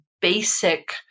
basic